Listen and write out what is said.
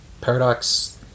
paradox